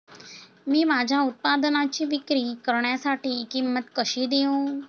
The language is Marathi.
मी माझ्या उत्पादनाची विक्री करण्यासाठी किंमत कशी देऊ?